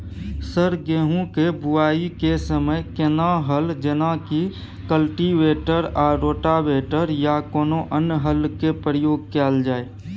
Sir गेहूं के बुआई के समय केना हल जेनाकी कल्टिवेटर आ रोटावेटर या कोनो अन्य हल के प्रयोग कैल जाए?